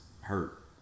hurt